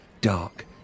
dark